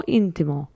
intimo